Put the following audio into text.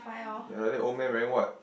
like that old man wearing what